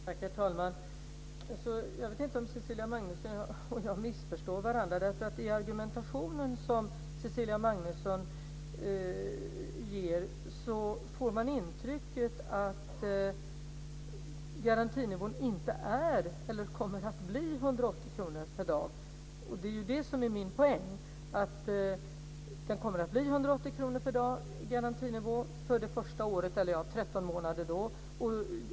Herr talman! Jag vet inte om Cecilia Magnusson och jag missförstår varandra. I argumentationen som Cecilia Magnusson ger får man intrycket att garantinivån inte kommer att bli 180 kr per dag. Det är ju det som är min poäng. Det kommer att bli 180 kr per dag i garantinivå för 13 månader.